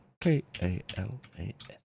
K-A-L-A-S